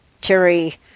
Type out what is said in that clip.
Terry